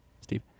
Steve